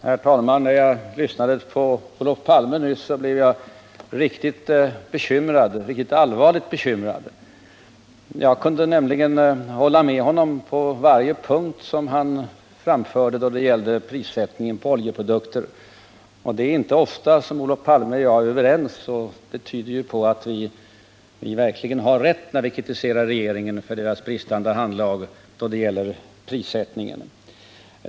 Herr talman! När jag lyssnade på Olof Palme nyss blev jag allvarligt bekymrad. Jag kunde nämligen hålla med honom i åtskilligt då det gällde prissättningen på oljeprodukter. Det är inte ofta som Olof Palme och jag är överens, och det tyder på att vi verkligen har rätt när vi kritiserar regeringen för dess bristande handlag när det gäller prissättningen.